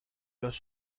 los